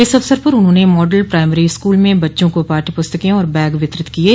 इस अवसर पर उन्होंने मॉडल प्राइमरी स्कूल में बच्चों को पाठ्य प्रस्तकें और बैग वितरित किये